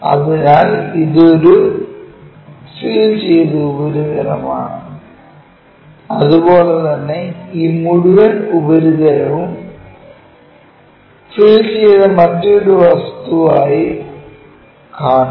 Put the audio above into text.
അതിനാൽ ഇത് ഒരു ഫിൽ ചെയ്ത ഉപരിതലമാണ് അതുപോലെ തന്നെ ഈ മുഴുവൻ ഉപരിതലവും ഫിൽ ചെയ്ത മറ്റൊരു വസ്തു ആയി കാണും